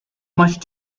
much